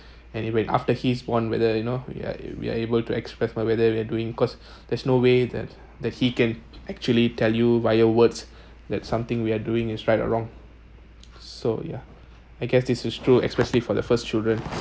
and when after he’s born whether you know we are we are able to express my whether we're doing because there's no way that he he can actually tell you via words that something we are doing is right or wrong so yeah I guess this is true especially for the first children